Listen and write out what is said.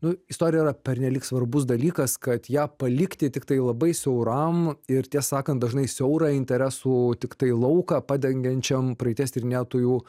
nu istorija yra pernelyg svarbus dalykas kad ją palikti tiktai labai siauram ir tiesą sakant dažnai siaurą interesų tiktai lauką padengiančiam praeities tyrinėtojų